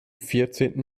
vierzehnten